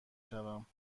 شوم